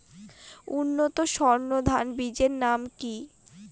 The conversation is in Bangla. উন্নত সর্ন ধান বীজের নাম কি?